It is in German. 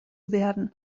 werden